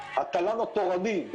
התל"ן התורני,